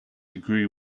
agree